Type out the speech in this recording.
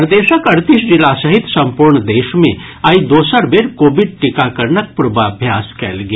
प्रदेशक अड़तीस जिला सहित संपूर्ण देश मे आइ दोसर बेर कोविड टीकाकरणक पूर्वाभ्यास कयल गेल